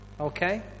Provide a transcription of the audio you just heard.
Okay